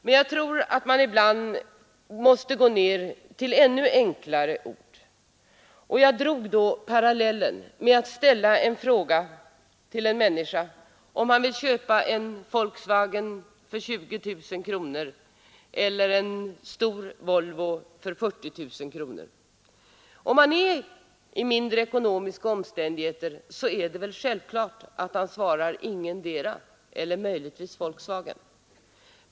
Men jag tror att man ibland måste gå ned till ännu enklare ord, och jag drog parallellen att ställa följande fråga till en person: Vill du köpa en Volkswagen för 20 000 kronor eller en stor Volvo för 40 000 kronor? Är man i mindre goda ekonomiska omständigheter är det väl självklart att svara: Ingendera — möjligtvis Volkswagen.